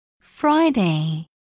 Friday